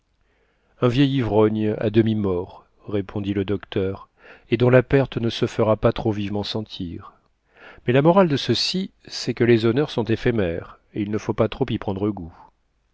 un vieil ivrogne à demi-mort répondit le docteur et dont la perte ne se fera pas trop vivement sentir mais la morale de ceci c'est que les honneurs sont éphémères et il ne faut pas trop y prendre goût